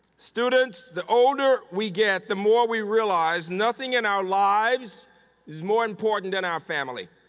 students, the older we get, the more we realize nothing in our lives is more important than our family,